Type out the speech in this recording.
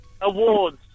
awards